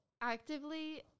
Actively